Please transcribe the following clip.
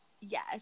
Yes